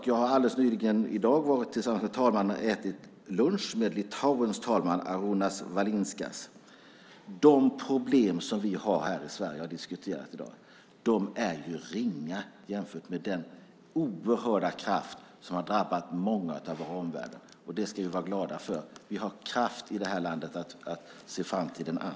Jag har i dag, alldeles nyligen, tillsammans med talmannen ätit lunch med Litauens talman Arunas Valinskas. De problem som vi har här i Sverige och som vi har diskuterat i dag är ju ringa jämfört med den oerhörda kraft som har drabbat många i vår omvärld. Det ska vi vara glada för. Vi har kraft i det här landet att se framtiden an.